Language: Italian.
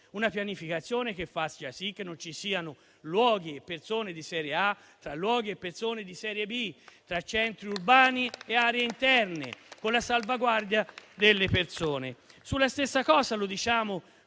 la pianificazione che faccia sì che non ci siano luoghi e persone di serie A e luoghi e persone di serie B, tra centri urbani e aree interne, con la salvaguardia delle persone. La stessa cosa la diciamo